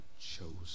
chosen